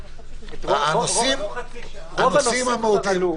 רוב הנושאים עלו.